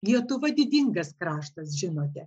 lietuva didingas kraštas žinote